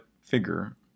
figure